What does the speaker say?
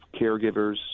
caregivers